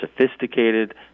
sophisticated